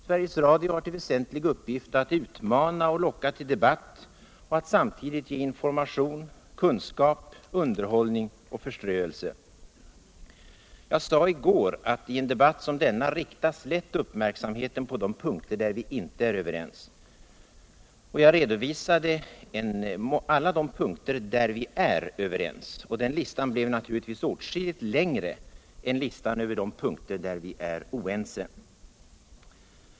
Sveriges Radio har som en väsentlig uppgift att utmana och locka till debatt samt att ge information, kunskap. underhållning och förströelse. Jag sade i går att i en debatt som denna riktas lätt uppmärksamheten på de punkter där vi inte är överens. Jag redovisade då alla de punkter dir vi är överens. Den listan blev naturligtvis åtskilligt längre än listan över de punkter där vt är oense.